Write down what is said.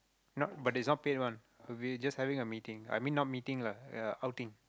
not but it's not paid one we're just having a meeting I mean not meeting lah uh outing